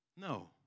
No